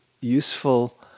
useful